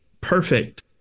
perfect